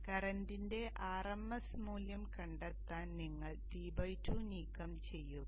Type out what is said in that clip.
അതിനാൽ കറന്റിന്റെ rms മൂല്യം കണ്ടെത്താൻ നിങ്ങൾ T2 നീക്കം ചെയ്യുക